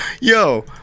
Yo